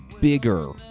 bigger